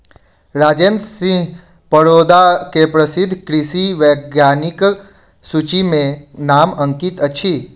राजेंद्र सिंह परोदा के प्रसिद्ध कृषि वैज्ञानिकक सूचि में नाम अंकित अछि